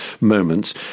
moments